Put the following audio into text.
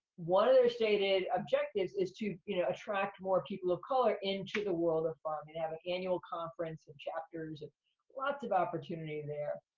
one of their stated objectives is to, you know, attract more people of color into the world of farming. they and have an annual conference and chapters and lots of opportunity there.